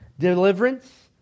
deliverance